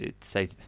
say